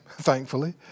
thankfully